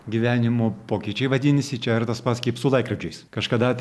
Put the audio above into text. gyvenimo pokyčiai vadinasi čia yra tas pats kaip su laikrodžiais kažkada